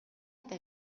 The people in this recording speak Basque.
eta